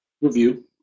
review